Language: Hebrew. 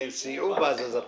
כן, סייעו בהזזתם.